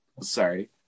Sorry